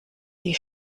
sie